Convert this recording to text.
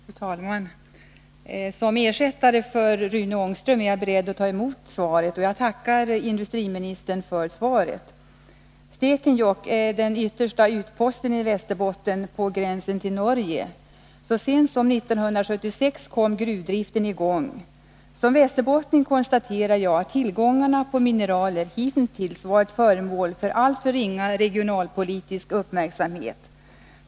Fru talman! Som ersättare för Rune Ångström är jag beredd att ta emot svaret. Jag tackar industriministern för svaret. Stekenjokk är den yttersta utposten i Västerbotten på gränsen till Norge. Så sent som 1976 kom gruvdriften i gång. Som västerbottning konstaterar jag att tillgångarna på mineraler i vårt län hittills varit föremål för alltför ringa regionalpolitisk uppmärksamhet.